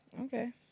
Okay